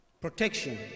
protection